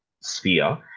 sphere